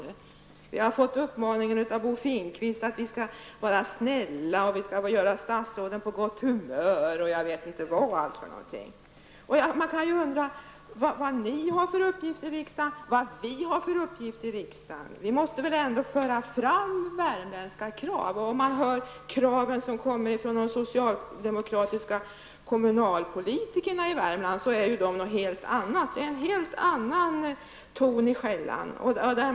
Jag har fått en uppmaning från Bo Finnkvist om att vi skall vara snälla, att vi skall göra statsråden på gott humör osv. Man kan undra vad ni har för uppgift i riksdagen och vad vi har för uppgift i riksdagen. Vi måste väl ändå föra fram värmländska krav. De krav som kommer från de socialdemokratiska kommunalpolitikerna i Värmland är helt andra. Det är då en helt annan ton i skällan.